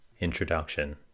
Introduction